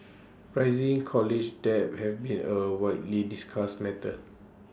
rising college debt has been A widely discussed matter